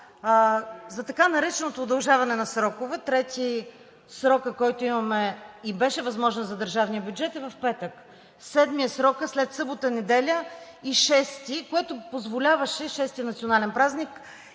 за така нареченото удължаване на срокове. Срокът, който имаме, и беше възможен за държавния бюджет, е в петък, 7-ми е срокът след събота, неделя, и 6-ти, което позволяваше, 6-ти е национален празник,